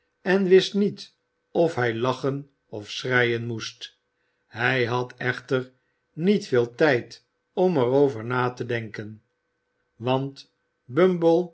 en wist niet of hij lachen of schreien moest hij had echter niet veel tijd om er over te denken want bumble